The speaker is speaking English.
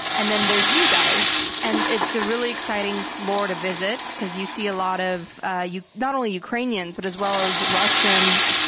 and then there's you guys, and it's a really exciting floor to visit, because you see a lot of ah not only ukrainians but as well as russians,